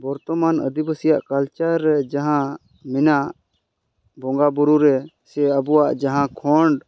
ᱵᱚᱨᱛᱚᱢᱟᱱ ᱟᱹᱫᱤᱵᱟ ᱥᱤᱭᱟᱜ ᱠᱟᱞᱪᱟᱨ ᱨᱮ ᱡᱟᱦᱟᱸ ᱢᱮᱱᱟᱜ ᱵᱚᱸᱜᱟ ᱵᱩᱨᱩᱨᱮ ᱥᱮ ᱟᱵᱚᱣᱟ ᱡᱟᱦᱟᱸ ᱠᱷᱚᱸᱰ